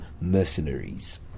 mercenaries